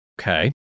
okay